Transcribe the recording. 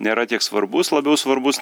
nėra tiek svarbus labiau svarbus